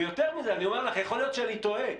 ויותר מזה, אני אומר לך, יכול להיות שאני טועה.